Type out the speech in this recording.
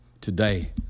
today